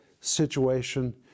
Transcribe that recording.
Situation